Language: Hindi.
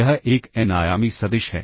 यह एक एन आयामी सदिश है